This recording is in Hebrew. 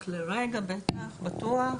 רק לרגע בטוח.